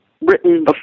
written